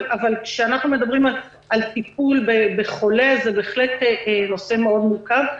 אבל כשאנחנו מדברים על טיפול בחולה זה בהחלט נושא מורכב מאוד.